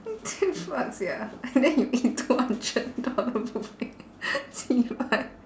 the fuck sia and then you eat two hundred dollar buffet cheebye